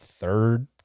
third